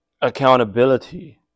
accountability